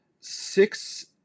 six